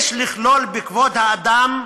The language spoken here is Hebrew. יש לכלול בכבוד האדם,